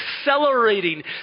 accelerating